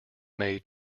may